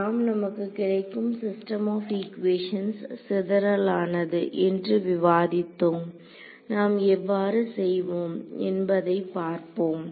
நாம் நமக்கு கிடைக்கும் சிஸ்டம் ஆப் ஈக்குவேஷன்ஸ் சிதறலானது என்று விவாதித்தோம் நாம் எவ்வாறு செய்வோம் என்பதை பார்ப்போம்